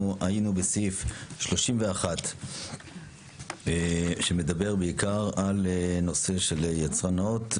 אנחנו היינו בסעיף 31 שמדבר בעיקר על נושא של יצרן נאות.